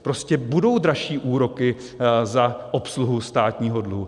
Prostě budou dražší úroky za obsluhu státního dluhu.